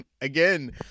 again